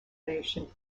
nation